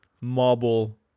Marble